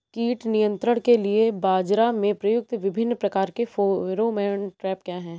कीट नियंत्रण के लिए बाजरा में प्रयुक्त विभिन्न प्रकार के फेरोमोन ट्रैप क्या है?